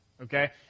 Okay